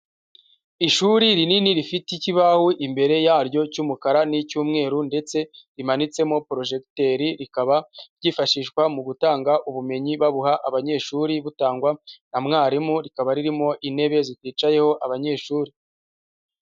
Ishuri rinini rifite ikibaho imbere yaryo cy'umukara n'icyumweru ndetse rimanitsemo porojegiteri rikaba ryifashishwa mu gutanga ubumenyibuha abanyeshuri, butangwa na mwarimu rikaba ririmo intebe ziticayeho abanyeshuri.